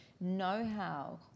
know-how